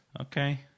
Okay